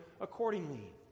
accordingly